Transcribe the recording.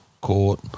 court